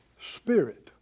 spirit